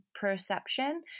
perception